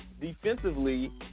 defensively